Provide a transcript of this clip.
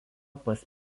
pas